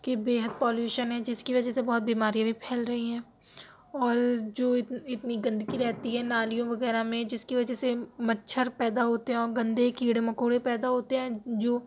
کہ بے حد پالیوشن ہے جس کی وجہ سے بہت بیماریاں بھی پھیل رہی ہیں اور جو اتنی گندگی رہتی ہے نالیوں وغیرہ میں جس کی وجہ سے مچھر پیدا ہوتے ہیں اور گندے کیڑے مکوڑے پیدا ہوتے ہیں جو